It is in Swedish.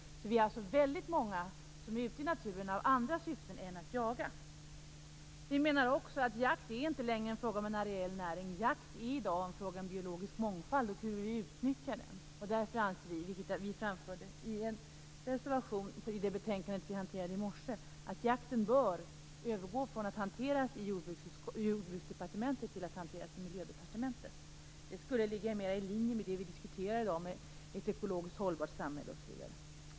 Vi är alltså många som är ute i naturen i andra syften än att jaga. Vi menar också att jakt inte längre är en fråga om areell näring, utan jakt är i dag en fråga om biologisk mångfald och hur den utnyttjas. Därför anser vi, vilket vi har framfört i en reservation till det betänkande som vi behandlade i morse, att jakten bör övergå från att hanteras i Jordbruksdepartementet till att hanteras i Miljödepartementet. Det skulle ligga mer i linje med det vi diskuterade tidigare i dag om ett ekologiskt hållbart samhälle osv.